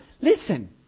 listen